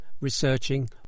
researching